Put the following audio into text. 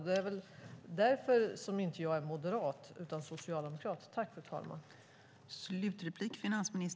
Det är väl därför jag inte är moderat utan socialdemokrat.